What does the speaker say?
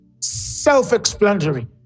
self-explanatory